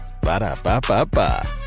Ba-da-ba-ba-ba